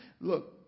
Look